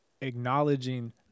acknowledging